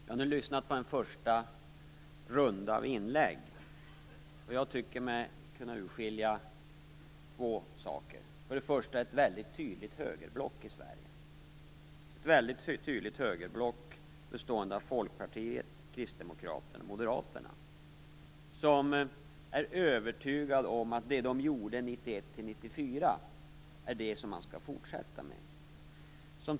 Fru talman! Jag har nu lyssnat på den första rundan av inlägg, och jag tycker mig kunna urskilja några saker. Först och främst är det ett väldigt tydligt högerblock i Sverige, bestående av Folkpartiet, Kristdemokraterna och Moderaterna. De är övertygade om att det som de gjorde 1991-1994 är det som man skall fortsätta med.